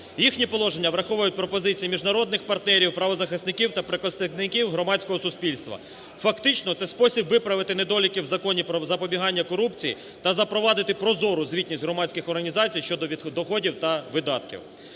їхні положення враховують пропозиції міжнародних партнерів, правозахисників та представників громадського суспільства. Фактично це спосіб виправити недоліки в Законі про запобігання корупції та запровадити прозору звітність громадських організацій щодо доходів та видатків.